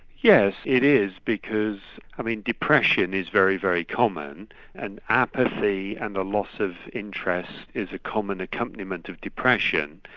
yes it is, because i mean depression is very, very common and apathy and the loss of interest is a common accompaniment of depression,